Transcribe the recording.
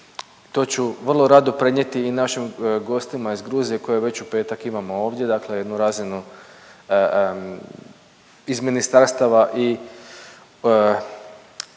to ću vrlo rado prenijeti i našim gostima iz Gruzije koje već u petak imamo ovdje, dakle jednu razinu iz ministarstava i